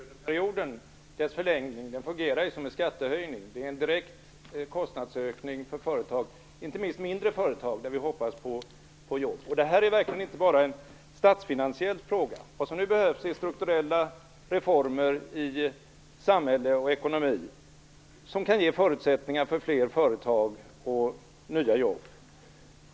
Fru talman! Sjuklöneperiodens förlängning fungerar ju som en skattehöjning. Det är en direkt kostnadsökning för företag, inte minst mindre företag, där vi hoppas på jobb. Detta är verkligen inte bara en statsfinansiell fråga. Vad som nu behövs är strukturella reformer i samhälle och ekonomi som kan ge förutsättningar för fler företag och nya jobb.